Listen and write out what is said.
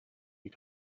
you